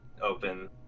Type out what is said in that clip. open